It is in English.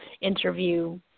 interview